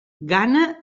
gana